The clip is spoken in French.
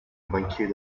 banquier